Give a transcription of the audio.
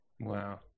Wow